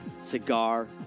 Cigar